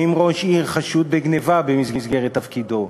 אם ראש עיר חשוד בגנבה במסגרת תפקידו,